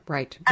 Right